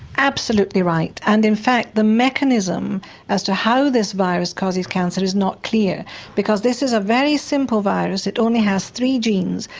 absolutely right and in fact the mechanism as to how this virus causes cancer is not clear because this is a very simple virus, it only has three genes,